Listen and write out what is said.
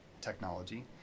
technology